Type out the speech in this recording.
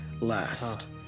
last